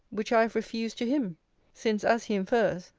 which i have refused to him since, as he infers,